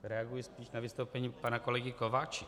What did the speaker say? Reaguji tím na vystoupení pana kolegy Kováčika.